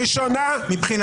ראשונה.